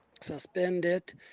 suspended